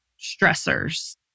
stressors